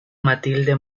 matilde